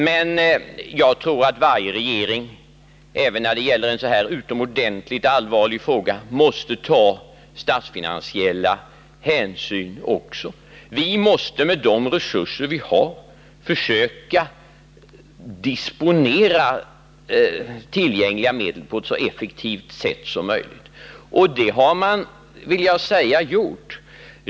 Men jag tror att varje regering — även när det gäller en så här utomordentligt allvarlig fråga — också måste ta statsfinansiella hänsyn. Vi måste försöka disponera tillgängliga resurser så effektivt som möjligt. Detta har man också, vill jag säga, gjort.